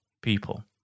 people